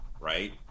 right